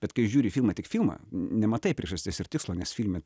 bet kai žiūri filmą tik filmą nematai priežasties ir tikslo nes filme